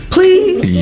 Please